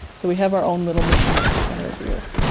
so we have our own little machine at the centre of the earth.